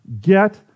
get